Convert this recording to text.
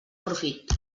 profit